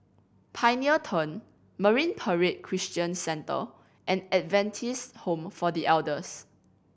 Pioneer Turn Marine Parade Christian Centre and Adventist Home for The Elders